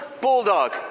bulldog